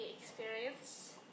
experience